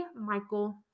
Michael